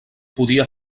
podia